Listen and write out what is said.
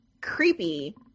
creepy